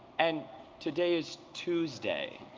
and today is tuesday.